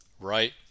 right